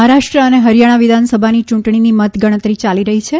મહારાષ્ટ્ર અને હરિયાણા વિધાનસભાની યૂંટણીની મતગણતરી યાલી રહી છે